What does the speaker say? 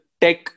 tech